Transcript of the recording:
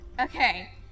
okay